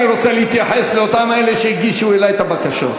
עכשיו אני רוצה להתייחס לאלה שהגישו לי את הבקשות.